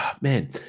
man